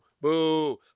boo